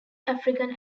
african